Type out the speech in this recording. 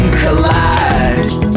collide